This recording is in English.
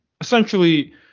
essentially